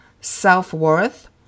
self-worth